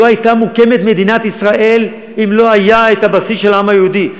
לא הייתה מוקמת מדינת ישראל אם לא היה הבסיס של העם היהודי.